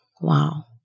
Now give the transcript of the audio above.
wow